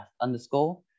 underscore